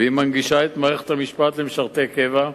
והיא מנגישה את מערכת המשפט למשרתי קבע.